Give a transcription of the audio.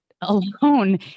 Alone